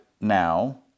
now